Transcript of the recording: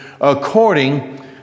according